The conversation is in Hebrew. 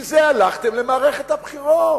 עם זה הלכתם למערכת הבחירות.